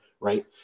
right